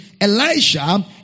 elijah